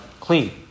clean